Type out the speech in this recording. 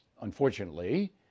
unfortunately